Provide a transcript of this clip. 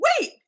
Wait